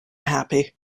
happy